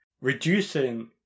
reducing